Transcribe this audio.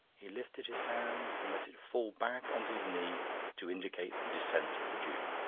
he lifted his hand and let it fall back on to his knee to indicate the descent of the dew.